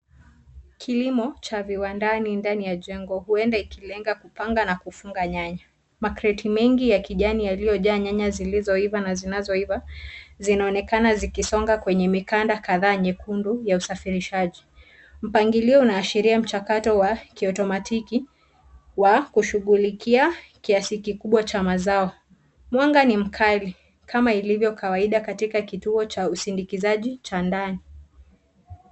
Kilimo cha viwandani ndani ya jengo huenda ikilenga kupanga na kufunga nyanya, makreti mengi ya kijani yaliyojaa nyanya zilizoiva na zinazoiva zinaonekana zikisonga kwenye mikanda kadhaa nyekundu ya usafirishaji, mpangilio unaashiria mchakato wa kiotomatiki wa kushughulikia kiasi kikubwa cha mazao, mwanga ni mkali kama ilivyo kawaida katika kituo cha usindikizaji cha ndani.